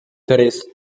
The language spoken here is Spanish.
tres